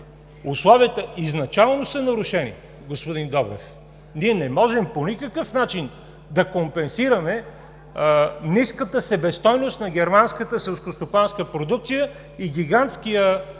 Условията изначално са нарушени, господин Добрев. Ние не можем по никакъв начин да компенсираме ниската себестойност на германската селскостопанска продукция и гигантския